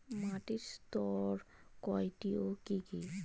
মাটির স্তর কয়টি ও কি কি?